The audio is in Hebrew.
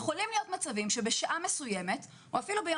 יכולים להיות מצבים שבשעה מסוימת או אפילו ביום